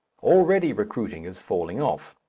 already recruiting is falling off,